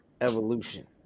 Evolution